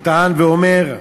הוא טען ואמר: